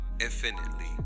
infinitely